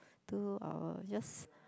do um just